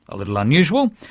a little unusual,